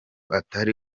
atari